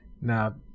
Now